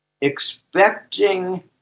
expecting